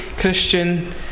Christian